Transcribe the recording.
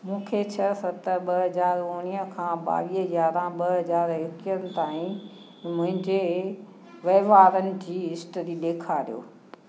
मूंखे छह सत ॿ हज़़ार उणिवीह खां ॿावीह यारहं ॿ हज़ार एकवीह ताईं मुंहिंजे वहिंवारनि जी हिस्ट्री ॾेखारियो